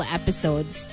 episodes